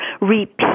repeat